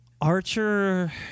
Archer